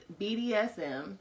BDSM